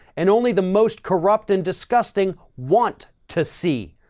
and only the most corrupt and disgusting want to see.